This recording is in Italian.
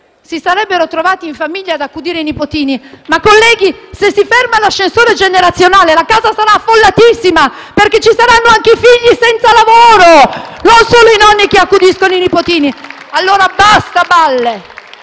si sarebbero trovati in famiglia ad accudire i nipotini. Ma, colleghi, se si ferma l'ascensore generazionale la casa sarà affollatissima: ci saranno anche i figli senza lavoro, non solo i nonni ad accudire i nipotini! *(Applausi dal